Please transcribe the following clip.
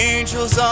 Angels